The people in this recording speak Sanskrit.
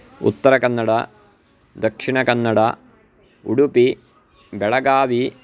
उत्तरकन्नड दक्षिणकन्नड उडुपि बेळगावी